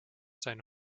seine